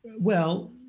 well,